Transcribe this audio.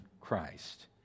Christ